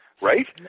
Right